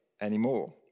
anymore